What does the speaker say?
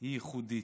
היא ייחודית.